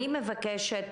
אני מבקשת